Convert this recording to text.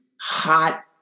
hot